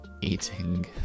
eating